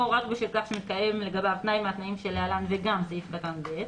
או רק בשל כך שמתקיים לגביו תנאי מהתנאים שלהלן וגם סעיף קטן (ב),